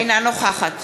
אינה נוכחת